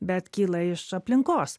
bet kyla iš aplinkos